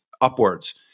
upwards